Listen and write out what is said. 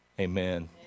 Amen